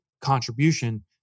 contribution